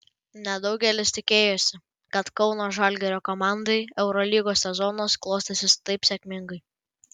nedaugelis tikėjosi kad kauno žalgirio komandai eurolygos sezonas klostysis taip sėkmingai